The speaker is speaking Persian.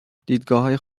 دیدگاههای